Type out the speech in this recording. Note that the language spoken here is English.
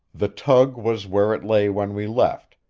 the tug was where it lay when we left,